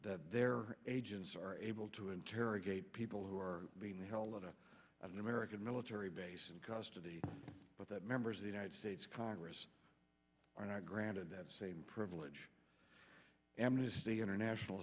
that their agents are able to interrogate people who are being held up an american military base in custody but that members of the united states congress are not granted that same privilege amnesty international